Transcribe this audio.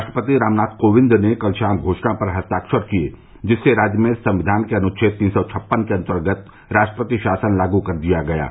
राष्ट्रपति रामनाथ कोविंद ने कल शाम घोषणा पर हस्ताक्षर किए जिससे राज्य में संविधान के अनुच्छेद तीन सौ छष्पन के अंतर्गत राष्ट्रपति शासन लागू कर दिया गया है